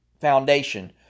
foundation